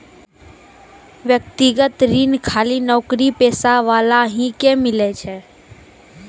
व्यक्तिगत ऋण खाली नौकरीपेशा वाला ही के मिलै छै?